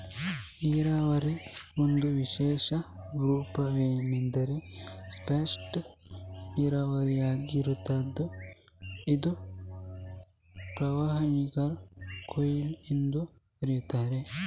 ನೀರಾವರಿಯ ಒಂದು ವಿಶೇಷ ರೂಪವೆಂದರೆ ಸ್ಪೇಟ್ ನೀರಾವರಿಯಾಗಿದ್ದು ಇದನ್ನು ಪ್ರವಾಹನೀರು ಕೊಯ್ಲು ಎಂದೂ ಕರೆಯುತ್ತಾರೆ